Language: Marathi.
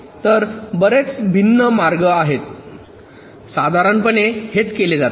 तर बरेच भिन्न मार्ग आहेत साधारणपणे हेच केले जाते